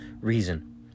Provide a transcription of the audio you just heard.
reason